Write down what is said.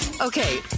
Okay